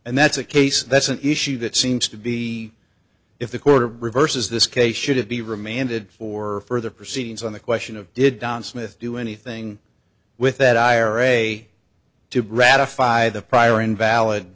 and that's a case that's an issue that seems to be if the court reverses this case should it be remanded for further proceedings on the question of did don smith do anything with that ira to gratify the prior invalid